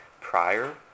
prior